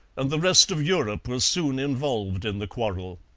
and the rest of europe was soon involved in the quarrel.